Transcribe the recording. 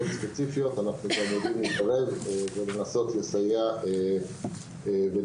ספציפיות אנחנו גם יודעים לנסות לסייע ולפתור.